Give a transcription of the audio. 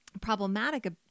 problematic